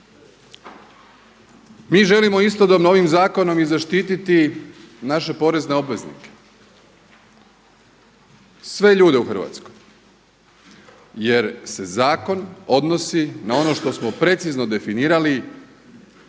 Mi želimo istodobno ovim zakonom i zaštititi naše porezne obveznike, sve ljude u Hrvatskoj jer se zakon odnosi na ono što smo precizno definirali